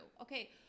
Okay